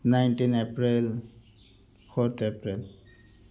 nineteen April fourth April